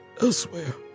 elsewhere